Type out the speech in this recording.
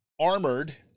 armored